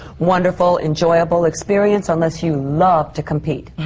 wonderful, enjoyable experience, unless you love to compete.